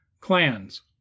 clans